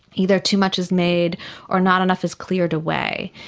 either too much is made or not enough is cleared away.